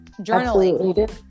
journaling